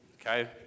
Okay